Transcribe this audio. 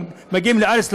הם מגיעים לארץ לחופשות,